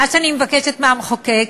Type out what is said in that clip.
מה שאני מבקשת מהמחוקק,